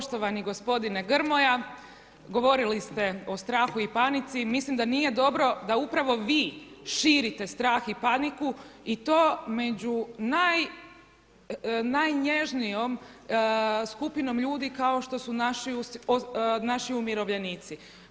Poštovani gospodine Grmoja, govorili ste o strahu i panici, mislim da nije dobro da upravo vi širite strah i paniku i to među najnježnijom skupinom ljudi kao što su naši umirovljenici.